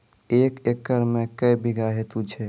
एक एकरऽ मे के बीघा हेतु छै?